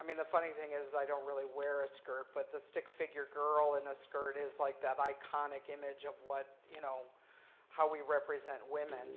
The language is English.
i mean, the funny thing is i don't really wear a skirt. but the stick figure girl in a skirt is like that iconic image of you know how we represent women.